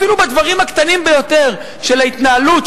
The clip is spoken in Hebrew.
אפילו בדברים הקטנים ביותר של ההתנהלות,